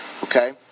Okay